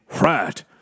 right